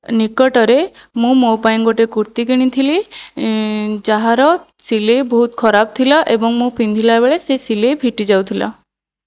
ନିକଟରେ ମୁଁ ମୋ' ପାଇଁ ଗୋଟିଏ କୁର୍ତ୍ତି କିଣିଥିଲି ଯାହାର ସିଲେଇ ବହୁତ ଖରାପ ଥିଲା ଏବଂ ମୁଁ ପିନ୍ଧିଲା ବେଳେ ସେ ସିଲେଇ ଫିଟି ଯାଉଥିଲା